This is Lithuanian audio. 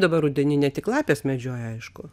dabar rudenį ne tik lapes medžioja aišku